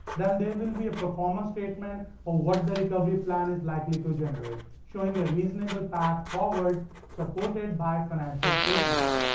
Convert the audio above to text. then there will be proforma statements of what the recovery plan is likely to generate, showing a reasonable path forward supported by financial statements.